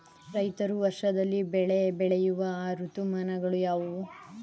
ರೈತರು ವರ್ಷದಲ್ಲಿ ಬೆಳೆ ಬೆಳೆಯುವ ಋತುಮಾನಗಳು ಯಾವುವು?